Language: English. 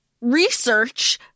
research